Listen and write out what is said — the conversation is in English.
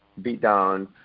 beatdown